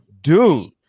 Dude